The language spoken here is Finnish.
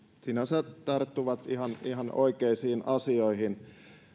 sinänsä tarttuivat ihan ihan oikeisiin asioihin